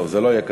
זה לא יהיה קצר.